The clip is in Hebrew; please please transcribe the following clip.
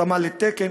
התאמה לתקן,